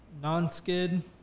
non-skid